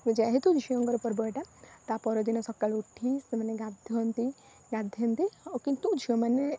ଯେହେତୁ ଝିଅଙ୍କର ପର୍ବ ଏଇଟା ତା ପରଦିନ ସକାଳୁ ଉଠି ସେମାନେ ଗାଧାନ୍ତି ଆଉ କିନ୍ତୁ ଝିଅମାନେ